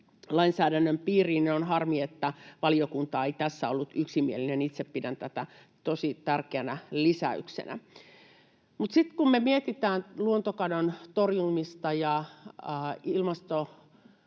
lainsäädännön piiriin. On harmi, että valiokunta ei tässä ollut yksimielinen. Itse pidän tätä tosi tärkeänä lisäyksenä Mutta sitten kun me mietitään luontokadon torjumista ja